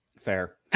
Fair